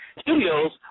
Studios